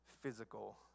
physical